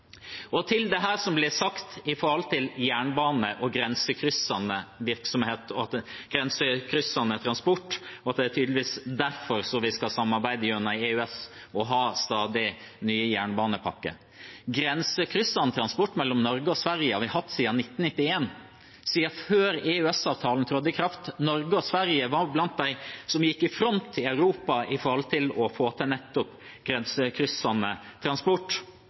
Og til dette som blir sagt om jernbane og grensekryssende transport, og at det tydeligvis er derfor vi skal samarbeide gjennom EØS og ha stadig nye jernbanepakker: Grensekryssende transport mellom Norge og Sverige har vi hatt siden 1991 – siden før EØS-avtalen trådte i kraft. Norge og Sverige var blant dem som gikk i front i Europa for å få til nettopp grensekryssende transport.